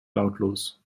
lautlos